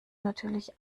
natürlich